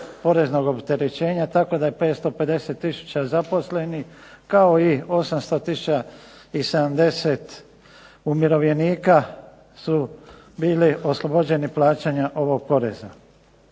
poreznog opterećenja. Tako da je 550 tisuća zaposlenih kao i 800 tisuća i 70 umirovljenika bili oslobođeni plaćanja ovog poreza.